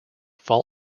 fall